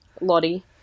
lottie